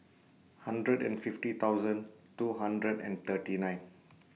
hundred and fifty thousand two hundred and thirty nine